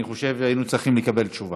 אני חושב שהיינו צריכים לקבל תשובה.